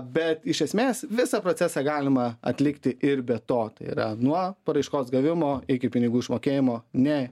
bet iš esmės visą procesą galima atlikti ir be to tai yra nuo paraiškos gavimo iki pinigų išmokėjimo ne